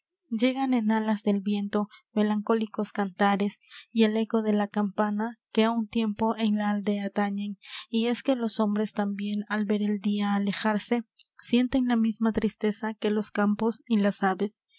llegan en alas del viento melancólicos cantares y el eco de la campana que á un tiempo en la aldea tañen y es que los hombres tambien al ver el dia alejarse sienten la misma tristeza que los campos y las aves